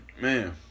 man